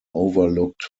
overlooked